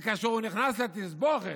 וכאשר הוא נכנס לתסבוכת,